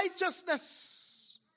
righteousness